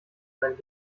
seinen